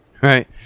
right